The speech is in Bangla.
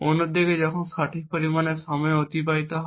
অন্যদিকে যখন সঠিক পরিমাণ সময় অতিবাহিত হয়